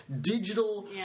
digital